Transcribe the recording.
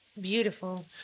beautiful